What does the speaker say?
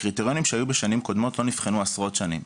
הקריטריונים שהיו בשנים קודמות לא נבחנו עשרות שנים.